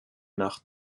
nach